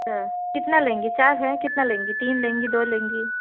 कितना लेंगी चार है कितना लेंगी तीन लेंगी दो लेंगी